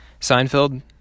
Seinfeld